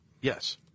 Yes